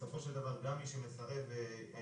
בסופו של דבר, גם מי שמסרב והיו